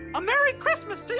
a merry christmas to